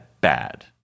bad